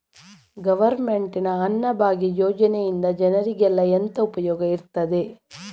Government ನ ಅನ್ನಭಾಗ್ಯ ಯೋಜನೆಯಿಂದ ಜನರಿಗೆಲ್ಲ ಎಂತ ಉಪಯೋಗ ಇರ್ತದೆ?